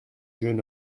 jeune